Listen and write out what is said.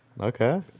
okay